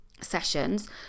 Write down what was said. sessions